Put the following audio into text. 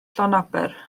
llanaber